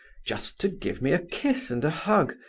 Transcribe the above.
just to give me a kiss and a hug,